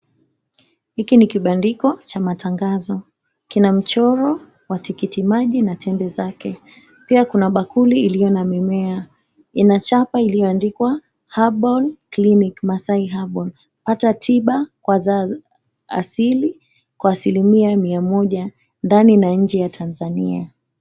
Hiki ni kibandiko cha matangazo, kina mchoro wa tikiti maji na tembe zake, pia kuna bakuli iliyo na mimea, ina chapa iliyoandikwa, "Herbal Clinic, Masai Herbal, pata tiba kwa za asili kwa asili mia mia moja, ndani na nje ya Tanzania."